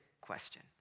question